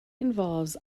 involves